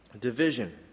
Division